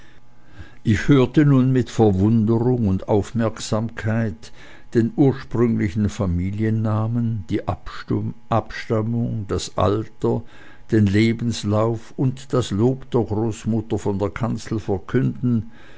ich hörte nun mit verwunderung und aufmerksamkeit den ursprünglichen familiennamen die abstammung das alter den lebenslauf und das lob der großmutter von der kanzel verkünden